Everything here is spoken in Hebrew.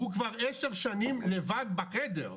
הוא כבר עשר שנים לבד בחדר,